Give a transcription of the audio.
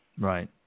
Right